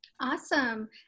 Awesome